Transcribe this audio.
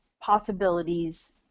possibilities